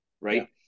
Right